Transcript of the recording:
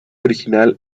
original